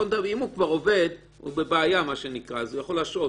אם הוא כבר עובד הוא בבעיה, אז הוא יכול להשעות.